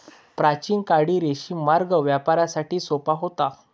प्राचीन काळी रेशीम मार्ग व्यापारासाठी सोपा होता